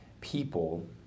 people